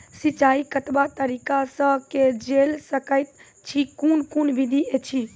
सिंचाई कतवा तरीका सअ के जेल सकैत छी, कून कून विधि ऐछि?